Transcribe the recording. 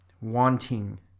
Wanting